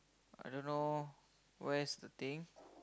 I don't know where's the thing